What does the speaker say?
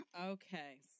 Okay